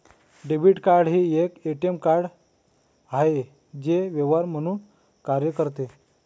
debit card हे एक ATM card आहे जे व्यवहार म्हणून कार्य करते